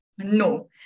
No